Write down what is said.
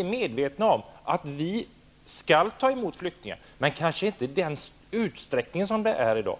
är medvetna om att flyktingar skall tas emot, men kanske inte i samma utsträckning som i dag.